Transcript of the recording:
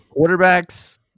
Quarterbacks